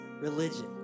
religion